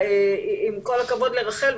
עם כל הכבוד לרח"ל,